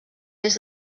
més